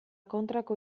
kontrako